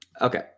Okay